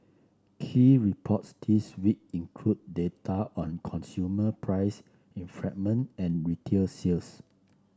key reports this week include data on consumer price and retail sales